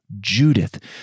Judith